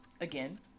again